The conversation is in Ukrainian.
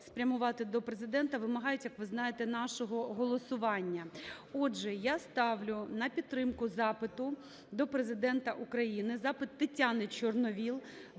спрямувати до Президента, вимагають, як ви знаєте, нашого голосування. Отже, я ставлю на підтримку запиту до Президента України запит Тетяни Ч орновол